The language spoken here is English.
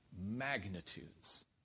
magnitudes